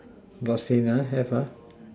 blood stain ah have ah